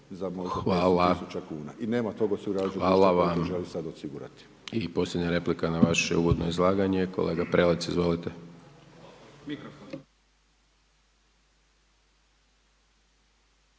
Hvala vam. I posljednja replika na vaše uvodno izlaganje, kolega Prelec, izvolite.